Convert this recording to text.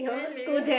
really